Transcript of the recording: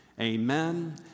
amen